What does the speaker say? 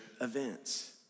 events